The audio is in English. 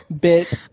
bit